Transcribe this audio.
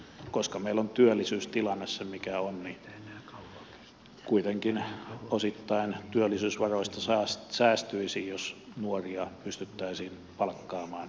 koska meillä on työllisyystilanne se mikä on niin kuitenkin osittain työllisyysvaroista säästyisi jos nuoria pystyttäisiin palkkaamaan hoitotehtäviin